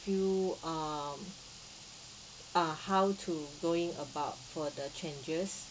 you um uh how to going about for the changes